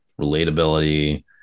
relatability